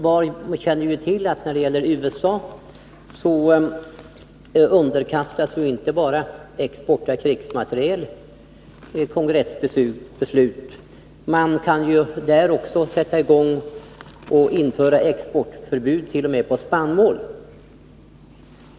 Var och en vet att när det gäller USA är det inte bara export av krigsmateriel som underkastas kongressbeslut. Man kan ju där införa exportförbud t.o.m. för spannmål.